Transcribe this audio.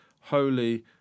holy